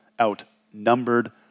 outnumbered